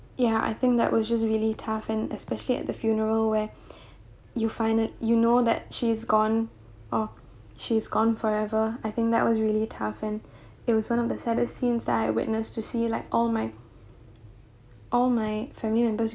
ya I think that was just really tough and especially at the funeral where you find it you know that she's gone or she is gone forever I think that was really tough and it was one of the saddest scenes that I witness to see like all my all my family members